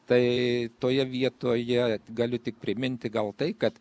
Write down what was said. tai toje vietoje galiu tik priminti gal tai kad